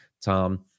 Tom